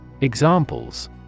Examples